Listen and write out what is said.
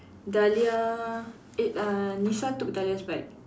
Dahlia eh uh Nisa took Dahlia's bike